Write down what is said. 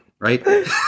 right